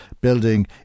building